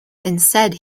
instead